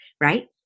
Right